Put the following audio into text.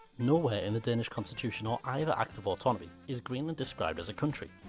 nowhere in the danish constitution or either act of autonomy is greenland described as a country,